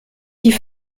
die